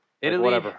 Italy